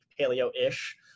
paleo-ish